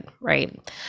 right